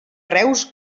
reus